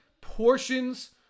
portions